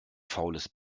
faules